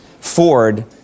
Ford